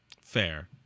Fair